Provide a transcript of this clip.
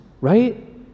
Right